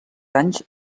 anys